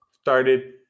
started